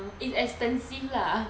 it is expensive lah